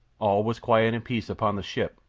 all was quiet and peace upon the ship,